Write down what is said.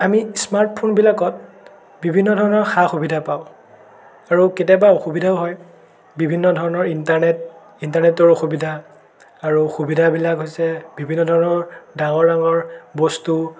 আমি স্মাৰ্ট ফোনবিলাকত বিভিন্ন ধৰণৰ সা সুবিধা পাওঁ আৰু কেতিয়াবা অসুবিধাও হয় বিভিন্ন ধৰণৰ ইণ্টাৰনেট ইণ্টাৰনেটৰ অসুবিধা আৰু সুবিধাবিলাক হৈছে বিভিন্ন ধৰণৰ ডাঙৰ ডাঙৰ বস্তু